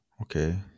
Okay